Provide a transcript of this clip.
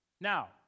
Now